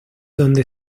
donde